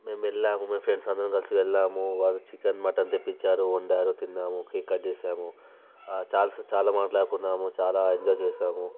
మేము వెళ్ళాము మేము ఫ్రెండ్స్ అందరం కలిసి వెళ్ళాము వాళ్ళు చికెన్ మటన్ తెప్పించారు వండారు తిన్నాము కేక్ కట్ చేసాము చాలా సే చాలా మాట్లాడుకున్నాము చాలా ఎంజాయ్ చేసాము